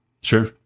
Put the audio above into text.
sure